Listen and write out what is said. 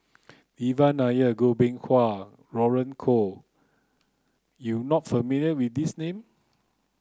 Devan Nair Goh Beng Kwan Roland Goh you not familiar with these name